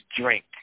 drink